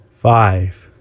five